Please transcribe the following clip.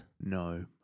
No